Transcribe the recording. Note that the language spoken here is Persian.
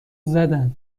زدن